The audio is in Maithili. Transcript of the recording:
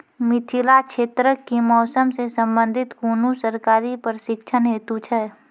मिथिला क्षेत्रक कि मौसम से संबंधित कुनू सरकारी प्रशिक्षण हेतु छै?